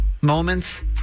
moments